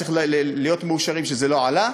צריכים להיות מאושרים שזה לא עלה,